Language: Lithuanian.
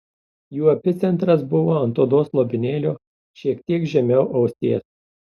jų epicentras buvo ant odos lopinėlio šiek tiek žemiau ausies